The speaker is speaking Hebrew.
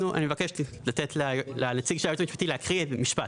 אני מבקש לתת לנציג של היועץ המשפטי להקריא משפט.